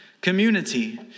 Community